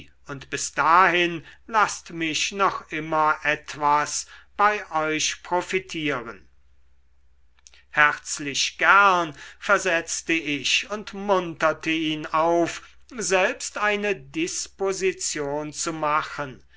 und bis dahin laßt mich noch immer etwas bei euch profitieren herzlich gern versetzte ich und munterte ihn auf selbst eine disposition zu machen